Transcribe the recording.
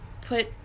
put